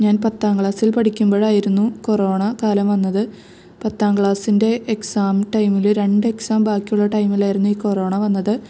ഞാൻ പത്താങ്ക്ളാസ്സിൽ പഠിക്കുമ്പോഴായിരുന്നു കോറോണക്കാലം വന്നത് പത്താങ്ക്ളാസ്സിൻ്റെ എക്സാം ടൈമിൽ രണ്ട് എക്സാം ബാക്കിയുള്ള ടൈമിലായിരുന്നു ഈ കൊറോണ വന്നത്